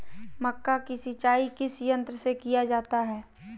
मक्का की सिंचाई किस यंत्र से किया जाता है?